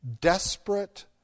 desperate